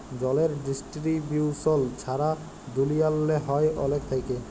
জলের ডিস্টিরিবিউশল ছারা দুলিয়াল্লে হ্যয় অলেক থ্যাইকে